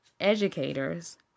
educators